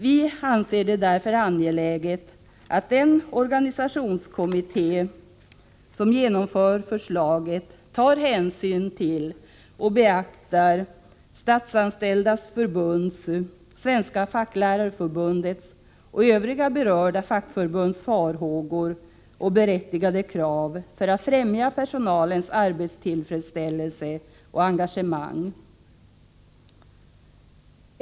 Vi anser det därför angeläget att den organisationskommitté som genomför förslaget tar hänsyn till och beaktar Statsanställdas förbunds, Svenska facklärarförbundets och övriga 137 berörda fackförbunds farhågor och berättigade krav för att fträmja personalens arbetstillfredsställelse och engagemang.